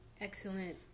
excellent